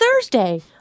Thursday